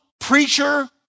preacher